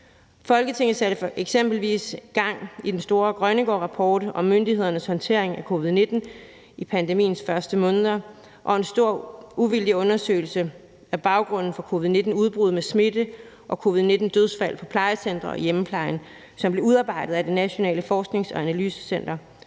Folketinget satte eksempelvis gang i den store Grønnegårdrapport om myndighedernes håndtering af covid-19 i pandemiens første måneder, og i en stor uvildig undersøgelse af baggrunden for covid-19-udbrud med smitte og covid-19-dødsfald på plejecentre og i hjemmeplejen, som blev udarbejdet af Det Nationale Forsknings- og Analysecenter